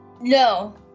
No